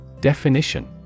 Definition